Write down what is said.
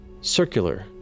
circular